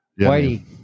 Whitey